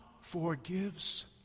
forgives